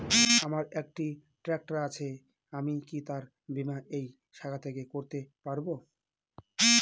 আমার একটি ট্র্যাক্টর আছে আমি কি তার বীমা এই শাখা থেকে করতে পারব?